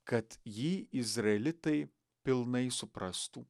kad jį izraelitai pilnai suprastų